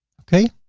okay.